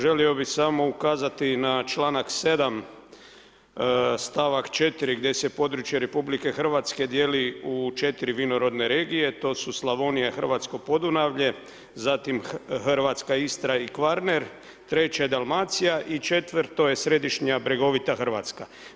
Želio bi samo ukazati na čl. 7. stavak 4. gdje se područje RH djelu u 4 vinorodne regije, to su Slavonija, Hrvatsko Podunavlje, zatim Hrvatska Istra i Kvarner, treće Dalmacija i četvoro je središnja, bregovita Hrvatska.